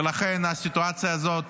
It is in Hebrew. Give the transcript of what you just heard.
ולכן הסיטואציה הזאת